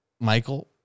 Michael